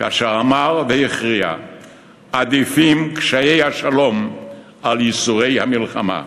כאשר אמר והכריע "עדיפים קשיי השלום על ייסורי המלחמה".